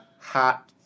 hot